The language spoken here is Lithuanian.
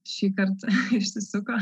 šįkart išsisuko